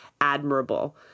admirable